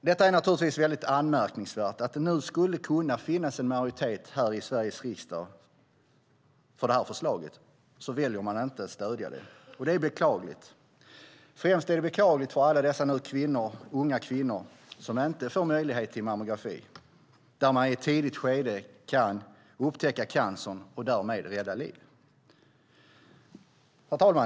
Det är naturligtvis anmärkningsvärt att när det nu i Sveriges riksdag skulle kunna finns en majoritet för förslaget väljer man att inte stödja det. Det är beklagligt. Främst är det beklagligt för alla dessa unga kvinnor som nu inte får möjlighet till mammografi där man i ett tidigt skede kan upptäcka cancern och därmed rädda liv. Herr talman!